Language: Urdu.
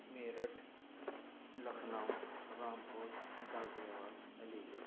میرٹھ لکھنؤ رامپور غازی آباد علی گڑھ